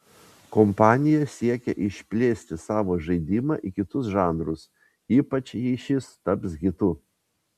kompanija siekia išplėsti savo žaidimą į kitus žanrus ypač jei šis taps hitu